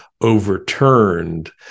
overturned